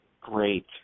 Great